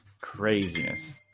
Craziness